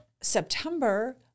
September